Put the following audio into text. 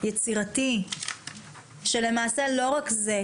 יצירתי שלמעשה לא רק זה,